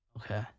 okay